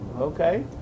Okay